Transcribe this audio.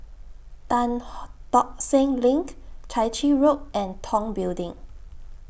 Tan Ho Tock Seng LINK Chai Chee Road and Tong Building